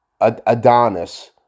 Adonis